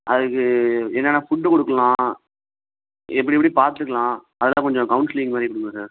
அதுக்கு என்னென்ன ஃபுட்டு கொடுக்கலாம் எப்படி எப்படி பார்த்துக்கலாம் அதெல்லாம் கொஞ்சம் கவுன்சிலிங் மாதிரி கொடுங்க சார்